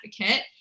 advocate